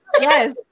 Yes